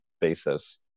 basis